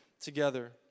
together